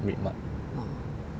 RedMart